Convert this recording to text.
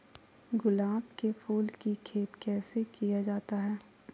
गुलाब के फूल की खेत कैसे किया जाता है?